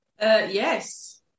Yes